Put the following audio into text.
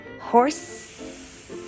horse